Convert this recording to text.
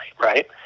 right